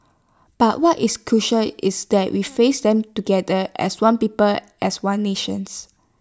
but what is crucial is that we face them together as one people as one nation